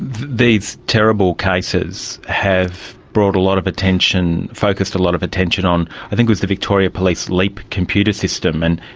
these terrible cases have brought a lot of attention, focused a lot of attention on, i think it was the victoria police leap computer system, and,